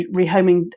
rehoming